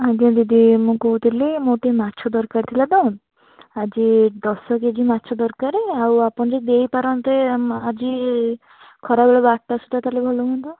ଆଜ୍ଞା ଦିଦି ମୁଁ କହୁଥିଲି ମୋତେ ମାଛ ଦରକାର ଥିଲା ତ ଆଜି ଦଶ କେଜି ମାଛ ଦରକାର ଆଉ ଯଦି ଆପଣ ଦେଇପାରନ୍ତେ ଆଜି ଖରାବେଳେ ବାରଟା ସୁଦ୍ଧା ତା'ହେଲେ ଭଲ ହୁଅନ୍ତା